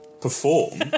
Perform